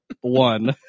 One